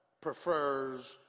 prefers